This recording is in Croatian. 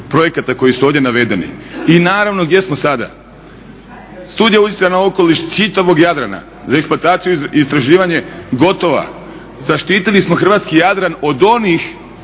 projekata koji su ovdje navedeni i naravno gdje smo sada? Studija utjecaja na okoliš čitavog Jadrana za eksploataciju i istraživanje gotova, zaštitili smo Hrvatski jadran od onih,